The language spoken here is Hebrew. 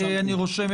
אני רק מבקש,